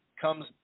comes